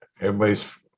everybody's